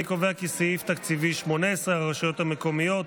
אני קובע כי סעיף תקציבי 18, הרשויות המקומיות,